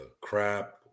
crap